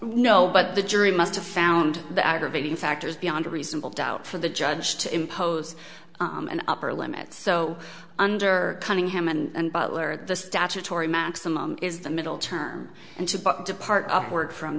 no but the jury must have found the aggravating factors beyond reasonable doubt for the judge to impose an upper limit so under cunningham and butler the statutory maximum is the middle term and to depart upward from